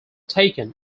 taken